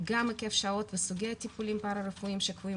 גם היקף השעות וסוגי הטיפולים הפרא רפואיים שקבועים